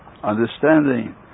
understanding